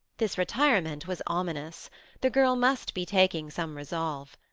this retirement was ominous the girl must be taking some resolve.